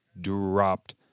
dropped